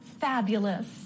fabulous